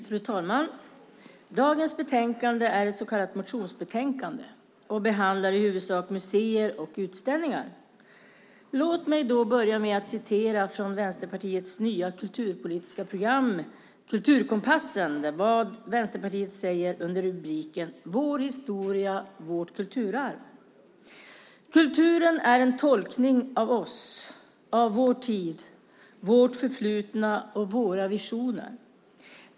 Fru talman! Dagens betänkande är ett så kallat motionsbetänkande och behandlar i huvudsak museer och utställningar. Låt mig börja med att citera från Vänsterpartiets nya kulturpolitiska program Kulturkompassen och vad man säger under rubriken "Vår historia, vårt kulturarv": "Kultur är en tolkning av oss, av vår tid, vårt förflutna och våra visioner.